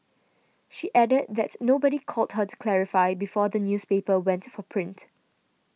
she added that nobody called her to clarify before the newspaper went for print